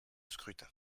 scrutin